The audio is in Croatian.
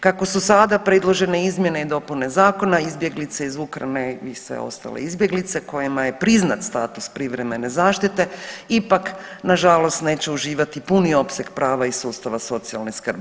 Kako su sada predložene izmjene i dopune zakona izbjeglice iz Ukrajine i sve ostale izbjeglice kojima je priznat status privremene zaštite ipak nažalost neće uživati puni opseg prava iz sustava socijalne skrbi.